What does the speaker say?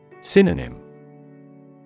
Synonym